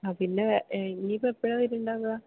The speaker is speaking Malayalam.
ആ പിന്നെ ഇനിയിപ്പോൾ എപ്പോഴാണ് വരുന്നുണ്ടാവുക